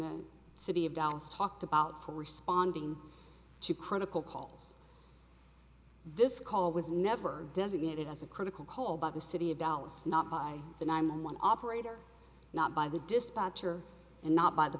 the city of dallas talked about for responding to critical calls this call was never designated as a critical call by the city of dallas not by the nine one one operator not by the dispatcher and not by the